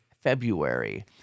February